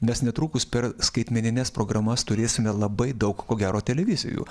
mes netrukus per skaitmenines programas turėsime labai daug ko gero televizijų